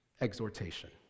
exhortation